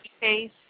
Case